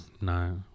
no